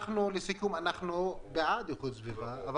לסיכום אנחנו בעד איכות סביבה אבל